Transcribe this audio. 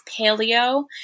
paleo